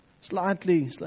Slightly